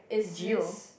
Joe